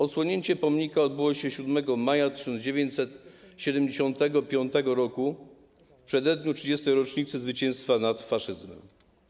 Odsłonięcie pomnika odbyło się 7 maja 1975 r., w przededniu 30. rocznicy zwycięstwa nad faszyzmem.